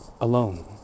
alone